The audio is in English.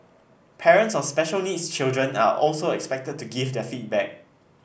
parents of special needs children are also expected to give their feedback